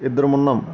ఇద్దరమున్నాం